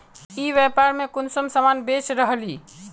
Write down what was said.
ई व्यापार में कुंसम सामान बेच रहली?